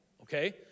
Okay